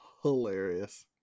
Hilarious